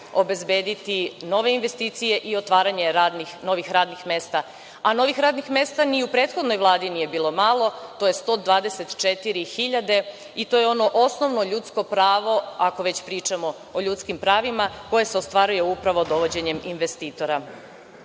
obezbediti nove investicije i otvaranje novih radnih mesta. Novih radnih mesta ni u prethodnoj Vladi nije bilo malo, to je 124.000. To je ono osnovno ljudsko pravo, ako već pričamo o ljudskim pravima, koje se ostvaruje upravo dovođenjem investitora. Srbiji